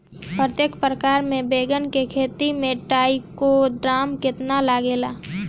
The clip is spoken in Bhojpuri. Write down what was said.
प्रतेक एकर मे बैगन के खेती मे ट्राईकोद्रमा कितना लागेला?